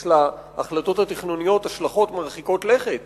יש להחלטות התכנוניות השלכות מרחיקות לכת